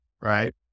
Right